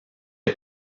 est